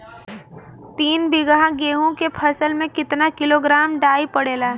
तीन बिघा गेहूँ के फसल मे कितना किलोग्राम डाई पड़ेला?